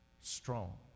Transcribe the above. strong